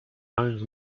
holmes